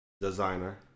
Designer